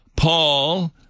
Paul